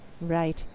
Right